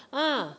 ah